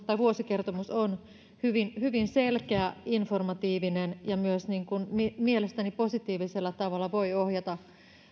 vuosikertomus on hyvin hyvin selkeä ja informatiivinen ja myös mielestäni positiivisella tavalla voi ohjata